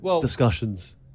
discussions